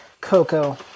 cocoa